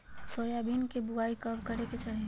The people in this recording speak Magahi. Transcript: सोयाबीन के बुआई कब करे के चाहि?